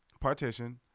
Partition